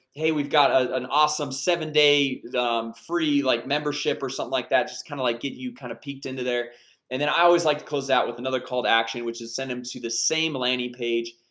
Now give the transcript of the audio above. hey, we've got ah an awesome seven-day free like membership or something like that just kind of like get you kind of peaked into there and then i always like to close out with another call to action which is send them to see the same landing page,